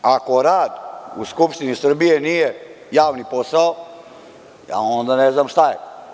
Ako rad u Skupštini Srbije nije javni posao, ja onda ne znam šta je.